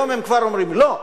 היום הם כבר אומרים: לא.